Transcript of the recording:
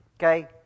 Okay